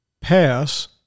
pass